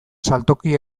saltoki